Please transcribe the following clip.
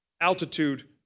altitude